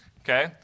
Okay